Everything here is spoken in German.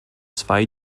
zwei